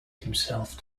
himself